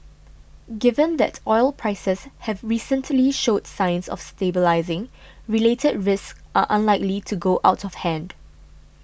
given that oil prices have recently showed signs of stabilising related risks are unlikely to go out of hand